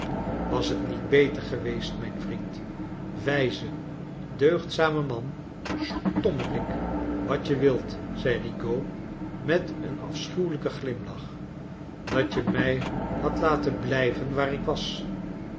jwas het niet beter geweest mijn vriend wijze deugdzame man stommerik wat je wilt zei rigaud met een afschuwelijken glimlach dat je mij hadt laten blijven waar ik was